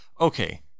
okay